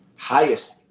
Highest